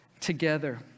together